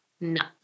no